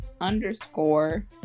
underscore